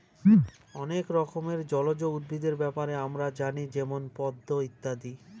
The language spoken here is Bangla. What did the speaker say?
অনেক রকমের জলজ উদ্ভিদের ব্যাপারে আমরা জানি যেমন পদ্ম ইত্যাদি